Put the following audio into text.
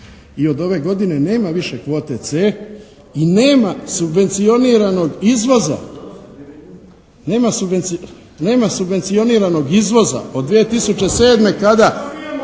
i od ove godine nema više kvote C i nema subvencioniranog izvoza. Nema